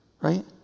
Right